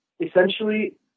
essentially